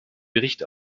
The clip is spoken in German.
bericht